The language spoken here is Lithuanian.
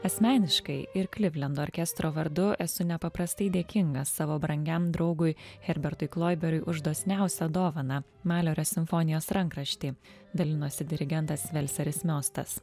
asmeniškai ir klivlendo orkestro vardu esu nepaprastai dėkinga savo brangiam draugui herbertui kloiberiui už dosniausią dovaną malerio simfonijos rankraštį dalinosi dirigentas velseris miostas